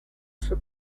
for